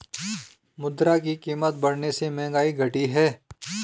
मुद्रा की कीमत बढ़ने से महंगाई घटी है